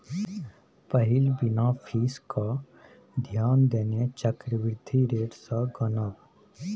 पहिल बिना फीस केँ ध्यान देने चक्रबृद्धि रेट सँ गनब